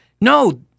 No